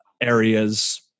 areas